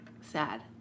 Sad